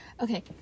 okay